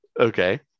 Okay